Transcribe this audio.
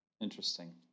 Interesting